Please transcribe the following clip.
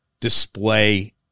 display